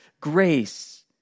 grace